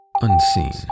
Unseen